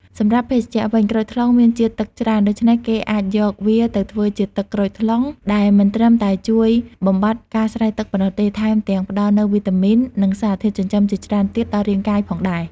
សម្រាប់ភេសជ្ជៈវិញ ក្រូចថ្លុងមានជាតិទឹកច្រើន ដូច្នេះគេអាចយកវាទៅធ្វើជា ទឹកក្រូចថ្លុង ដែលមិនត្រឹមតែជួយបំបាត់ការស្រេកទឹកប៉ុណ្ណោះទេ ថែមទាំងផ្តល់នូវវីតាមីន និងសារធាតុចិញ្ចឹមជាច្រើនទៀតដល់រាងកាយផងដែរ។